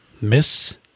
Miss